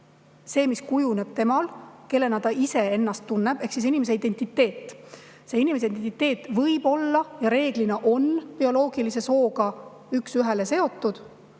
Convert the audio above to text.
see, mis tal kujuneb, kellena ta iseennast tunneb, ehk inimese identiteet. Inimese identiteet võib olla ja reeglina on bioloogilise sooga üks ühele seotud,